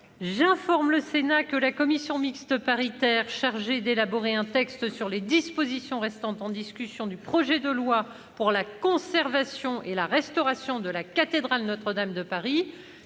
J'informe le Sénat que la commission mixte paritaire chargée d'élaborer un texte sur les dispositions restant en discussion du projet de loi pour la conservation et la restauration de la cathédrale Notre-Dame de Paris